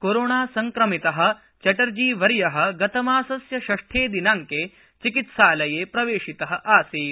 कोरोनासंक्रमितः चैटर्जीवर्य गतमासस्य षष्ठे दिनांके चिकित्सालये प्रवेशित आसीत्